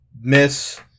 Miss